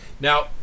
Now